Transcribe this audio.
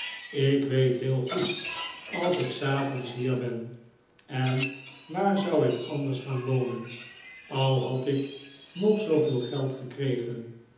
ik weet heel goed als ik s avonds hier ben en waar zou ik anders gaan wonen al had ik nog zooveel geld gekregen